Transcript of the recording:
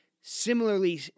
similarly